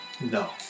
No